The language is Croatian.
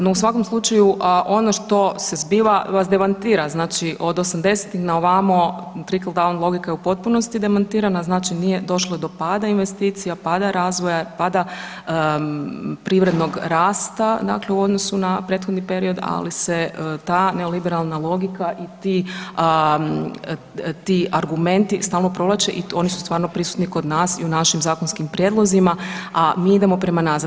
No, u svakom slučaju ono što se zbiva vas demantira, znači od '80.-tih naovamo trickle down logika je u potpunosti demantirana znači nije došlo do pada investicija, pada razvoja, pada privrednog rasta dakle u odnosu na prethodni period ali se ta neoliberalna logika i ti argumenti stalno provlače i oni su stvarno prisutni i kod nas i u našim zakonskim prijedlozima, a mi idemo prema nazad.